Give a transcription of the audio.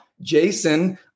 Jason